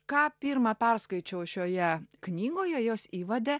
ką pirma perskaičiau šioje knygoje jos įvade